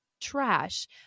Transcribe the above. trash